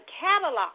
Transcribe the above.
catalog